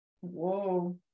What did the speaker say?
whoa